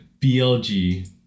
BLG